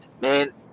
man